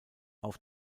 auf